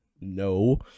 no